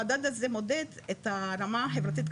המדד הזה מודד את הרמה החברתית,